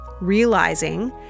realizing